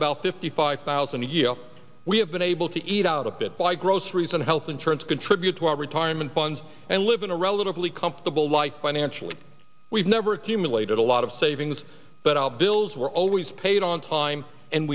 about fifty five thousand a year we have been able to eat out a bit buy groceries and health insurance contribute to our retirement funds and live in a relatively comfortable life financially we've never accumulated a lot of savings but our bills were always paid on time and